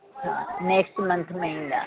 हा next month में ईंदा